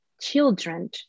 children